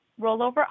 rollover